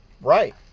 Right